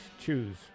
choose